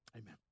Amen